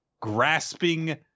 grasping